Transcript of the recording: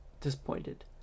disappointed